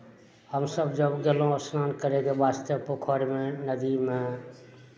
हमसभ जब गयलहुँ स्नान करयके वास्ते पोखरिमे नदीमे